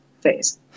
phase